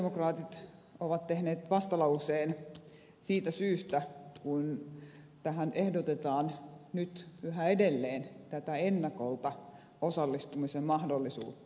sosialidemokraatit ovat tehneet vastalauseen siitä syystä kun tähän ehdotetaan nyt yhä edelleen tätä ennakolta osallistumisen mahdollisuutta